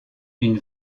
une